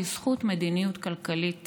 בזכות מדיניות כלכלית